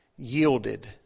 Yielded